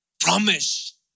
promise